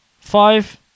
Five